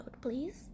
please